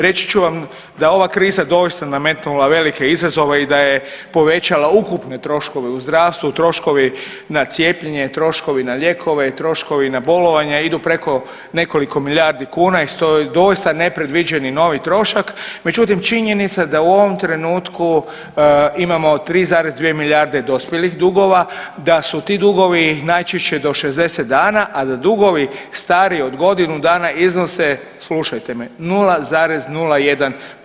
Reći ću vam da ova kriza doista nametnula velike izazove i da je povećala ukupne troškove u zdravstvu, troškovi na cijepljenje, troškovi na lijekove i troškovi na bolovanja idu preko nekoliko milijardi kuna i to je nepredviđeni novi trošak, međutim činjenica je da u ovom trenutku imamo 3,2 milijarde dospjelih dugova, da su ti dugovi najčešće do 60 dana, a da dugovi stariji od godinu dana iznose, slušajte me 0,01%